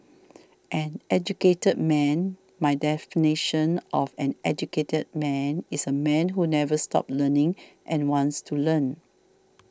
an educated man my definition of an educated man is a man who never stops learning and wants to learn